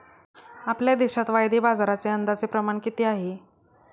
आपल्या देशात वायदे बाजाराचे अंदाजे प्रमाण किती आहे?